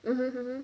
mmhmm